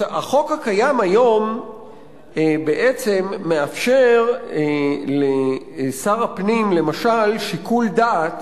החוק הקיים היום בעצם מאפשר לשר הפנים שיקול דעת